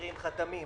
מסדירים חתמים,